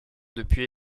depuis